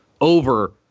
over